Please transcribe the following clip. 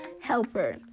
Helper